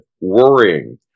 worrying